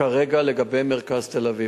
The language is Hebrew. כרגע לגבי מרכז תל-אביב.